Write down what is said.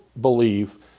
believe